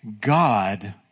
God